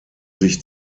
sich